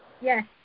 Yes